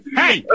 hey